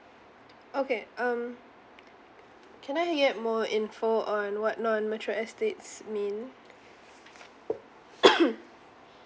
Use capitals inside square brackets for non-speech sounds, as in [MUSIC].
okay um can I get more info on what non mature estates mean [COUGHS]